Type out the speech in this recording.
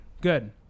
Good